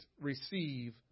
receive